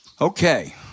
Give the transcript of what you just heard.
okay